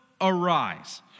arise